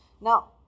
Now